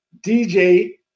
DJ